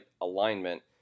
alignment